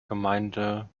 gemeinde